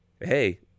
hey